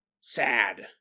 Sad